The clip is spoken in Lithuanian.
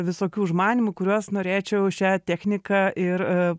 visokių užmanymų kuriuos norėčiau šia technika ir